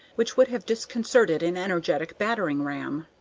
which would have disconcerted an energetic battering-ram.